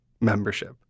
membership